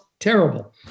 Terrible